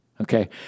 Okay